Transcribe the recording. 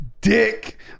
Dick